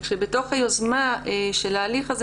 מבחינת היוזמה של ההליך,